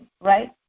right